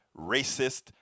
racist